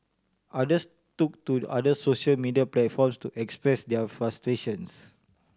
others took to others social media platforms to express their frustrations